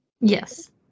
Yes